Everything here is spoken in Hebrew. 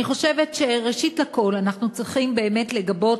אני חושבת שראשית אנחנו צריכים באמת לגבות,